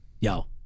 Yo